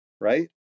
right